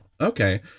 okay